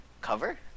Cover